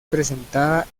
presentada